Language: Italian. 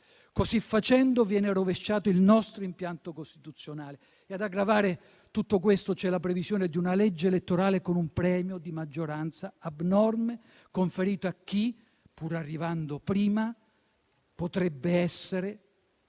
Così facendo, viene rovesciato il nostro impianto costituzionale e ad aggravare tutto questo c'è la previsione di una legge elettorale con un premio di maggioranza abnorme, conferito a chi, pur arrivando primo, potrebbe essere